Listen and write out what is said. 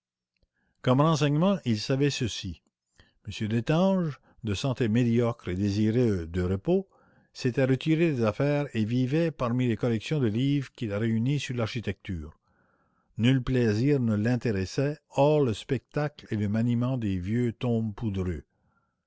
comme renseignement il savait ceci m destange de santé médiocre et désireux de repos s'était retiré des affaires et vivait parmi les collections de livres qu'il a réunies sur l'architecture nul plaisir ne l'intéresse hors le spectacle et le maniement des vieux tomes poudreux